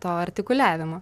to artikuliavimo